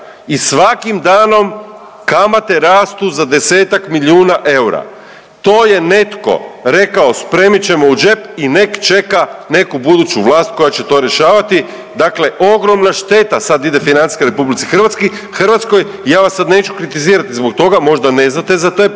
i svakim danom kamate rastu za desetak milijuna eura. To je netko rekao, spremit ćemo u džep i nek čeka neku buduću vlast koja će to rješavati, dakle ogromna šteta sad ide financijska RH i ja vas sad neću kritizirati zbog toga, možda ne znate za taj